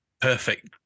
perfect